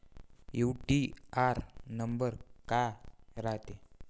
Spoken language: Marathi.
यू.टी.आर नंबर काय रायते?